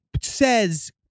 says